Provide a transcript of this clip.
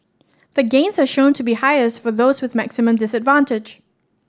the gains are shown to be highest for those with maximum disadvantage